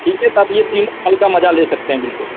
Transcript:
ठीक है तब यह तीनों फल का मज़ा ले सकते हैं बिल्कुल